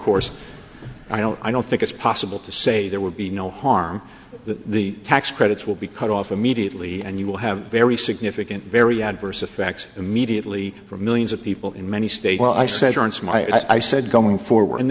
course i don't i don't think it's possible to say there would be no harm that the tax credits will be cut off immediately and you will have very significant very adverse effects immediately for millions of people in many states i said durrance my i said going forward and